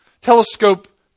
telescope